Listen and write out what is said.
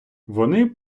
вони